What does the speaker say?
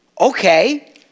Okay